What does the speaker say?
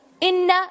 Inna